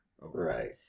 Right